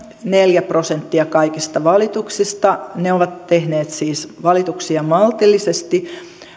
neljä prosenttia kaikista valituksista ne ovat tehneet valituksia siis maltillisesti